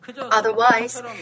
Otherwise